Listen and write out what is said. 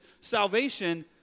salvation